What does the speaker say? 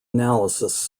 analysis